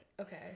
Okay